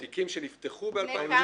לקחתי תיקים של 2017. תיקים שנפתחו ב-2017?